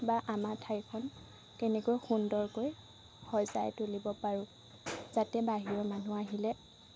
বা আমাৰ ঠাইখন কেনেকৈ সুন্দৰকৈ সজাই তুলিব পাৰোঁ যাতে বাহিৰৰ মানুহ আহিলে